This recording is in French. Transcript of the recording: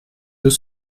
deux